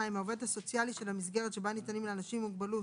העובד הסוציאלי של המסגרת שבה ניתנים לאנשים עם מוגבלות